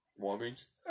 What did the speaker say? Walgreens